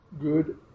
good